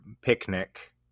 picnic